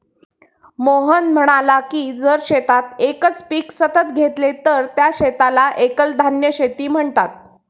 मोहन म्हणाला की जर शेतात एकच पीक सतत घेतले तर त्या शेताला एकल धान्य शेती म्हणतात